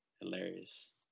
hilarious